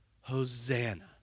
Hosanna